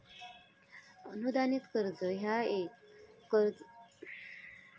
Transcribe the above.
अनुदानित कर्ज ह्या एक कर्ज असा ज्यावरलो व्याज स्पष्ट किंवा छुप्या सबसिडीने कमी केला जाता